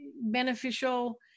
beneficial